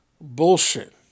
bullshit